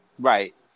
Right